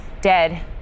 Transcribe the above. dead